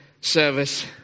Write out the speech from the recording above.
service